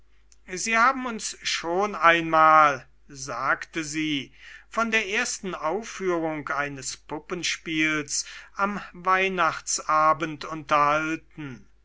sie haben uns schon einmal sagte sie von der ersten aufführung eines puppenspiels am weihnachtsabend unterhalten